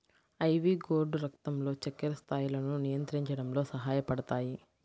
ivy gourd రక్తంలో చక్కెర స్థాయిలను నియంత్రించడంలో సహాయపడతాయి